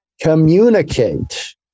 Communicate